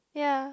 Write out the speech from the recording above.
ya